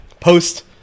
Post